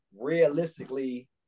realistically